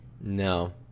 no